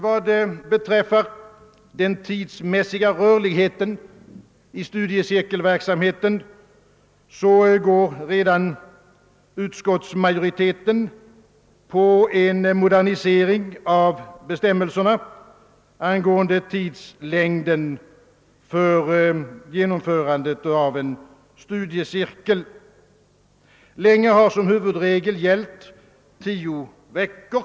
Vad beträffar den tidsmässiga rörligheten i studiecirkelverksamheten går utskottsmajoriteten på en modernisering av bestämmelserna angående tidslängden för genomförandet av en studiecirkel. Länge har som huvudregel gällt tio veckor.